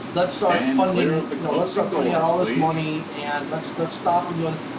let's start funding. you know let's start putting out all this money and let's let's stop and look.